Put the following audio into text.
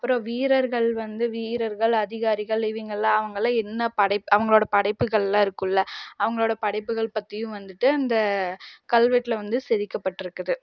அப்புறம் வீரர்கள் வந்து வீரர்கள் அதிகாரிகள் இவங்கள்லாம் அவங்கள்லாம் என்ன படை அவங்களோட படைப்புகள்லாம் இருக்கும்ல அவங்களோட படைப்புகள் பற்றியும் வந்துட்டு இந்த கல்வெட்டில் வந்து செதுக்கப்பட்டிருக்குது